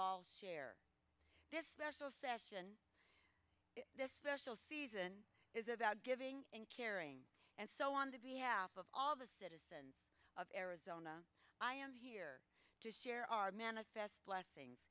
all share this special session this special season is about giving and caring and so on behalf of all the citizens of arizona i am here to share our manifest blessings